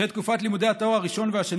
אחרי תקופת לימודי התואר הראשון והשני